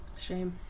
Shame